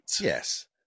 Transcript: Yes